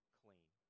clean